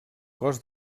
cos